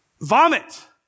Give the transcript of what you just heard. vomit